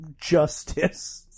justice